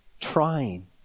trying